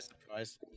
surprise